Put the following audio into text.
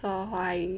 说华语